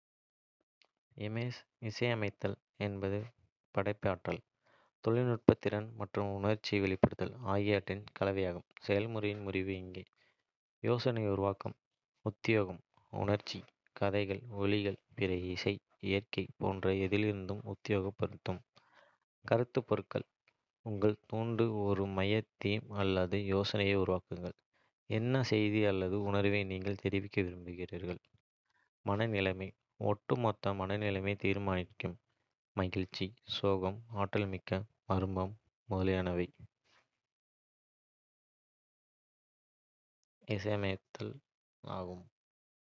இசையமைத்தல் என்பது படைப்பாற்றல், தொழில்நுட்ப திறன் மற்றும் உணர்ச்சி வெளிப்பாடு ஆகியவற்றின் கலவையாகும். செயல்முறையின் முறிவு இங்கே. யோசனை உருவாக்கம். உத்வேகம் உணர்ச்சிகள், கதைகள், ஒலிகள், பிற இசை, இயற்கை போன்ற எதிலிருந்தும் உத்வேகம் பெறுங்கள். கருப்பொருள்கள் உங்கள் துண்டுக்கு ஒரு மைய தீம் அல்லது யோசனையை உருவாக்குங்கள். என்ன செய்தி அல்லது உணர்வை நீங்கள் தெரிவிக்க விரும்புகிறீர்கள். மனநிலை, ஒட்டுமொத்த மனநிலையை தீர்மானிக்கவும் மகிழ்ச்சி, சோகம், ஆற்றல்மிக்க, மர்மமான, முதலியன.